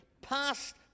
passed